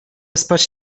spać